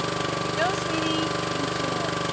here you go, sweetie. thank you.